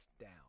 down